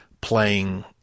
playing